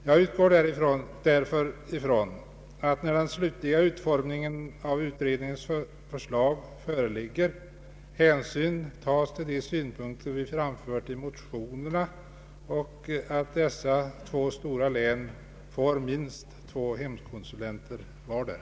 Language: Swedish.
Jag utgår därför från att, när den slutgiltiga utformningen av utredningens förslag föreligger, hänsyn tas till de synpunkter som vi framfört i motionerna och att dessa två stora län får minst två hemkonsulenter vartdera.